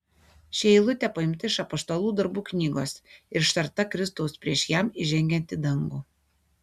ši eilutė paimta iš apaštalų darbų knygos ir ištarta kristaus prieš jam įžengiant į dangų